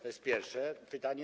To jest pierwsze pytanie.